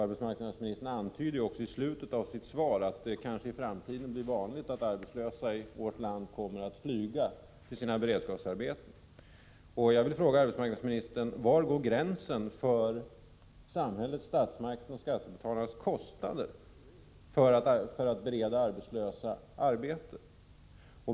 Arbetsmarknadsministern antyder också i slutet av sitt svar att det i framtiden kanske blir vanligt att arbetslösa i vårt land kommer att flyga till sina beredskapsarbeten. Jag vill fråga arbetsmarknadsministern: Var går gränsen för samhällets, statsmaktens och skattebetalarnas kostnader för att bereda arbetslösa arbete?